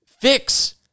fix